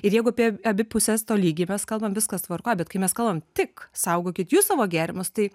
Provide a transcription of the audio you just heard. ir jeigu apie abi puses tolygiai mes kalbam viskas tvarkoj bet kai mes kalbam tik saugokit jūs savo gėrimus tai